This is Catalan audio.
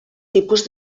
tipus